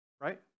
right